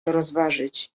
rozważyć